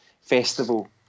Festival